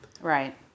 Right